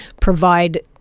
provide